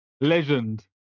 legend